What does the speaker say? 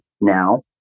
now